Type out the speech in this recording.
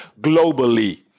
globally